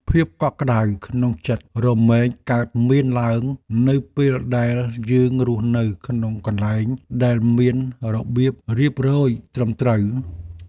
ភាពកក់ក្តៅក្នុងចិត្តរមែងកើតមានឡើងនៅពេលដែលយើងរស់នៅក្នុងកន្លែងដែលមានរបៀបរៀបរយត្រឹមត្រូវ។